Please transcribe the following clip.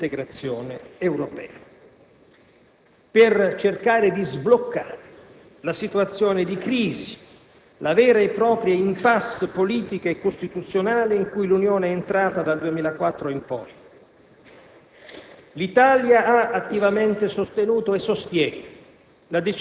La prima direttrice è, appunto, lo sforzo per il rilancio dell'integrazione europea per cercare di sbloccare la situazione di crisi, la vera e propria *impasse* politica e costituzionale in cui l'Unione Europea è entrata dal 2004 in poi.